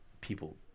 people